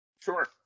Sure